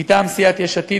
מטעם סיעת יש עתיד,